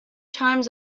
times